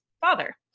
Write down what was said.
father